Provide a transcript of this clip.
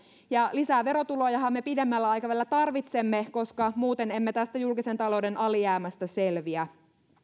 ja lisää verotulojahan me pidemmällä aikavälillä tarvitsemme koska muuten emme tästä julkisen talouden alijäämästä selviä